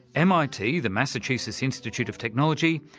mit, the massachusetts institute of technology,